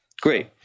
Great